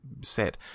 set